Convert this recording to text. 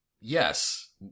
Yes